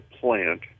plant